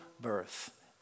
birth